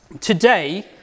Today